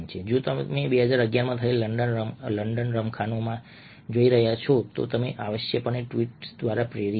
અથવા જો તમે 2011 માં થયેલા લંડન રમખાણોને જોઈ રહ્યા હો તો તે આવશ્યકપણે ટ્વીટ્સ દ્વારા પ્રેરિત છે